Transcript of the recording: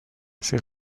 ces